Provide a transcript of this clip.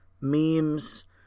memes